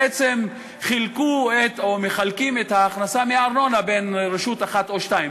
בעצם מחלקים את ההכנסה מארנונה לרשות אחת או שתיים,